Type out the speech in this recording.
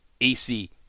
AC